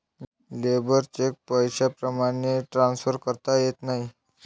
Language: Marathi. लेबर चेक पैशाप्रमाणे ट्रान्सफर करता येत नाही